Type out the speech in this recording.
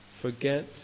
forget